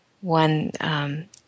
one